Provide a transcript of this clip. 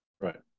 Right